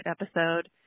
episode